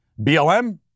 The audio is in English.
BLM